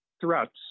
threats